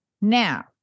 Now